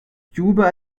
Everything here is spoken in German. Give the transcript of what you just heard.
juba